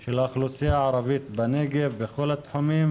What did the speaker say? של האוכלוסיות בנגב בכל התחומים,